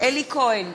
אלי כהן,